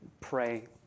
pray